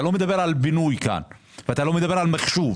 לא מדבר פה על בינוי או על מחשוב.